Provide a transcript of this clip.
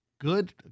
Good